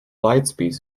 leipzig